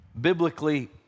biblically